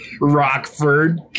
rockford